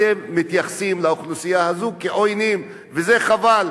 אתם מתייחסים לאוכלוסייה הזאת כעוינת, וזה חבל.